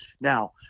now